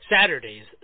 Saturdays